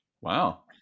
Wow